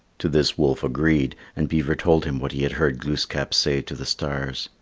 to this wolf agreed and beaver told him what he had heard glooskap say to the stars.